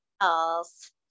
else